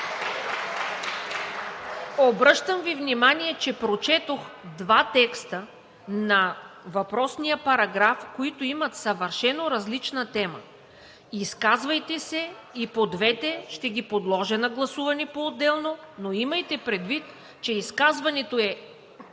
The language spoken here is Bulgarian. Обръщам Ви внимание, че прочетох два текста на въпросния параграф, които имат съвършено различна тема. Изказвайте се и по двата. Ще ги подложа на гласуване поотделно, но имайте предвид, че изказването е